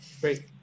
great